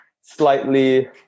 slightly